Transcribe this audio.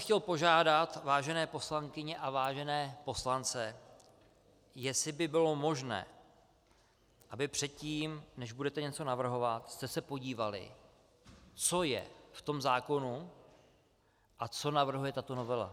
Chtěl bych požádat vážené poslankyně a vážené poslance, jestli by bylo možné, abyste se předtím, než budete něco navrhovat, podívali, co je v zákonu a co navrhuje tato novela.